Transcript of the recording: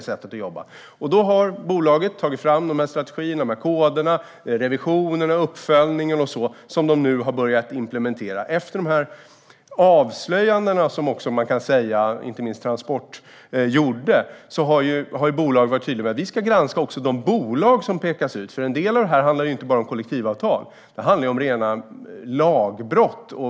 Bolaget har tagit fram strategierna, koderna, revisionen och uppföljningen, som bolaget har börjat implementera. Efter de avslöjanden som Transport har gjort har Postnord varit tydligt med att man ska granska de bolag som pekas ut. En del av detta handlar inte bara om kollektivavtal, utan det handlar om rena lagbrott.